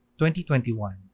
2021